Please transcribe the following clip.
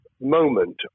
moment